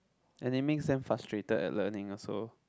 and it makes them frustrated at learning also